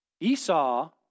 Esau